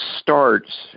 starts